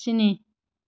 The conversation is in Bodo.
स्नि